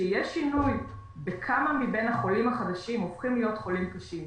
שינוי וכמה מבין החולים החדשים הופכים להיות חולים קשים,